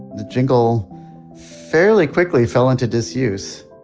the jingle fairly quickly fell into disuse.